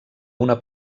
una